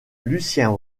lucien